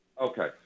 Okay